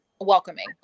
welcoming